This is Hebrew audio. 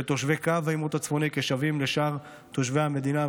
תושבי קו העימות הצפוני כשווים לשאר תושבי המדינה.